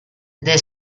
the